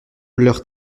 leur